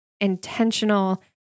intentional